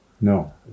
No